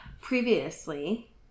previously